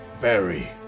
Barry